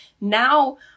now